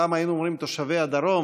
פעם היינו אומרים תושבי הדרום,